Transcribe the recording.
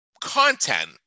Content